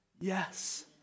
Yes